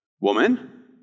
Woman